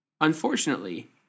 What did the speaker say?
Unfortunately